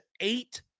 eight